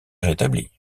rétabli